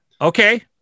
Okay